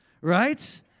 right